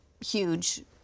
huge